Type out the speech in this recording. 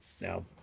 Now